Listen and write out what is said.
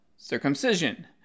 circumcision